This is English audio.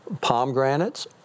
pomegranates